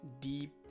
deep